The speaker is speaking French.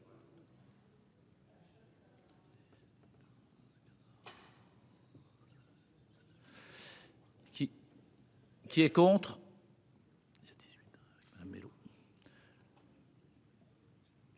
Qui est contre